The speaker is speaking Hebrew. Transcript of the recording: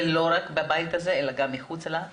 ולא רק בבית הזה אלא גם מחוץ לו,